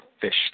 fish